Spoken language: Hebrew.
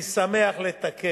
גם את העוול הזה אני שמח לתקן.